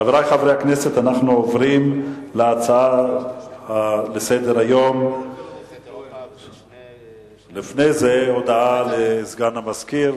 חברי חברי הכנסת, הודעה לסגן המזכיר.